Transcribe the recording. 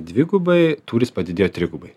dvigubai tūris padidėjo trigubai